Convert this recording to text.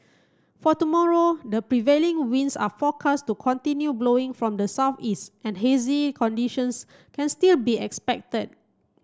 for tomorrow the prevailing winds are forecast to continue blowing from the southeast and hazy conditions can still be expected